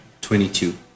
Twenty-two